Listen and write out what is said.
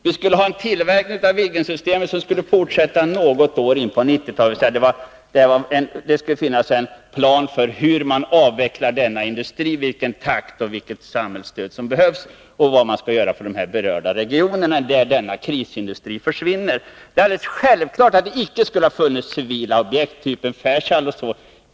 Vi skulle ha haft en tillverkning av Viggensystemet som skulle fortsätta något åt in på 90-talet. Det skulle finnas en plan för hur man avvecklar denna industri — vilken takt och vilket samhällsstöd som behövs och vad man skall göra för de beröda regionerna, där denna krisindustri försvinner. Det är självklart att det icke skulle ha funnits ett civilt objekt av typ Saab-Fairchild 340.